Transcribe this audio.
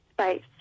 space